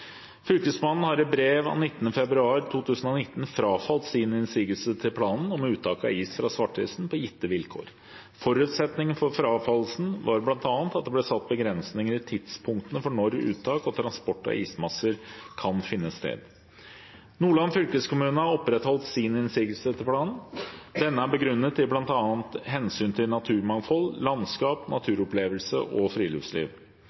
Fylkesmannen har i brev av 19. februar 2019 frafalt sin innsigelse til planen om uttak av is fra Svartisen på gitte vilkår. Forutsetningen for frafallelsen var bl.a. at det ble satt begrensninger i tidspunktene for når uttak og transport av ismasser kan finne sted. Nordland fylkeskommune har opprettholdt sin innsigelse til planen. Denne er begrunnet i bl.a. hensynet til naturmangfold, landskap, naturopplevelse og friluftsliv.